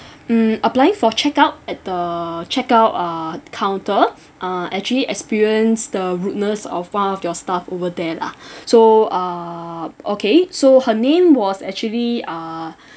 mm applying for checkout at the checkout err counter uh actually experienced the rudeness of one of your staff over there lah so uh okay so her name was actually uh